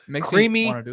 Creamy